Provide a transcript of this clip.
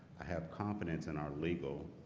i have confidence in our legal